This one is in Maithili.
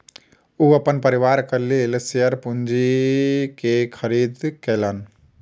ओ अपन परिवारक लेल शेयर पूंजी के खरीद केलैन